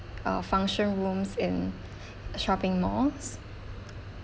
a function rooms in shopping malls